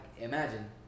imagine